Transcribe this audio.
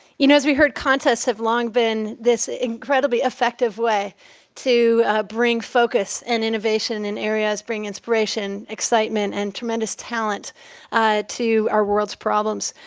you know as we've heard, contests have long been this incredibly effective way to bring focus and innovation in areas, bringing inspiration, excitement, and tremendous talent to our world's problems,